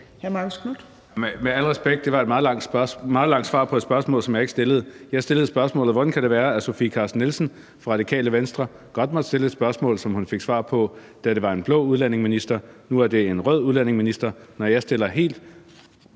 Med al respekt, så var det et meget langt svar på et spørgsmål, som jeg ikke stillede. Jeg stillede spørgsmålet: Hvordan kan det være, at Sofie Carsten Nielsen fra Radikale Venstre godt kunne få svar på spørgsmål, hun stillede, da vi havde en blå udlændingeminister, mens jeg nu, hvor vi har en rød udlændingeminister, når jeg stiller